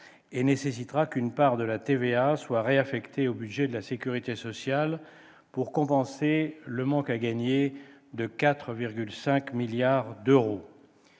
et nécessitera qu'une part de la TVA soit réaffectée au budget de la sécurité sociale, afin de compenser le manque à gagner de 4,5 milliards d'euros.